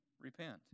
repent